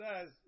says